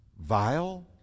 vile